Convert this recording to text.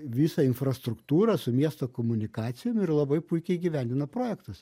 visą infrastruktūrą su miesto komunikacijom ir labai puikiai įgyvendina projektus